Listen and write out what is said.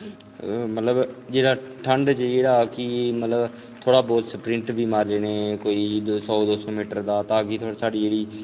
मतलब जेह्ड़ा ठंड च जेह्ड़ा कि मतलब थोह्ड़ा बौह्त सप्रिंट बी मारी लैनी कोई सौ दो सौ मीटर दा तां कि साढ़ी जेह्ड़ी